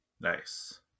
Nice